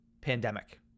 pandemic